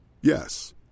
Yes